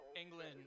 England